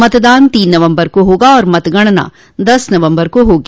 मतदान तीन नवम्बर को होगा और मतगणना दस नवम्बर को होगी